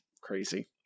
crazy